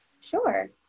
sure